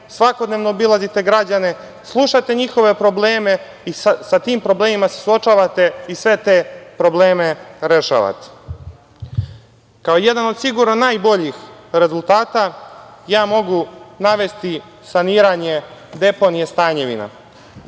svakodnevno obilazite građane, slušate njihove probleme i sa tim problemima se suočavate i sve te probleme rešavate. Kao jedan od sigurno najboljih rezultata, ja mogu navesti saniranje deponije „Stanjevina“.